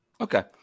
Okay